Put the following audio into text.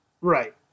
Right